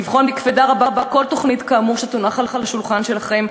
לבחון בקפידה רבה כל תוכנית כאמור שתונח על השולחן שלכם,